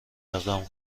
اقدام